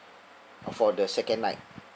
for the second night